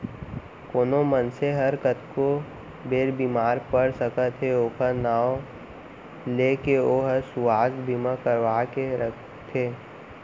कोनो मनसे हर कतको बेर बीमार पड़ सकत हे ओकर नांव ले के ओहर सुवास्थ बीमा करवा के राखथे